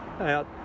out